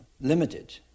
limited